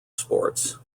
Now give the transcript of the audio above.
sports